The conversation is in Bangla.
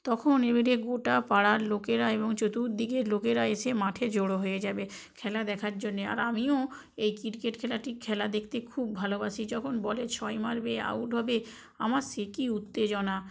তখন এবারে গোটা পাড়ার লোকেরা এবং চতুর্দিকের লোকেরা এসে মাঠে জড়ো হয়ে যাবে খেলা দেখার জন্যে আর আমিও এই ক্রিকেট খেলাটি খেলা দেখতে খুব ভালোবাসি যখন বলে ছয় মারবে আউট হবে আমার সে কী উত্তেজনা